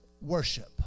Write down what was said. worship